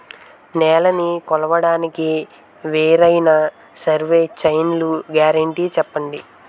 నేలనీ కొలవడానికి వేరైన సర్వే చైన్లు గ్యారంటీ చెప్పండి?